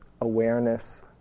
awareness